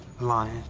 lying